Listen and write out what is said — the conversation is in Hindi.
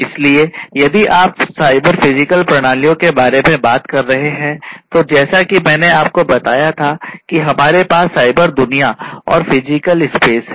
इसलिए यदि आप साइबर फिजिकल प्रणालियों के बारे में बात कर रहे हैं तो जैसा कि मैंने आपको बताया था कि हमारे पास साइबर दुनिया और फिजिकल स्पेस है